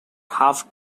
half